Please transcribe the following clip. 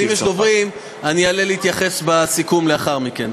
אז אם יש דוברים אני אעלה להתייחס בסיכום לאחר מכן.